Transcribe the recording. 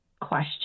question